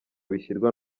bishyirwa